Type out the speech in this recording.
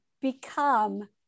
become